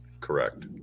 Correct